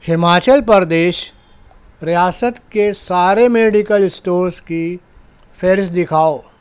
ہماچل پردیش ریاست کے سارے میڈیکل اسٹورز کی فہرست دکھاؤ